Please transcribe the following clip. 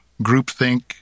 groupthink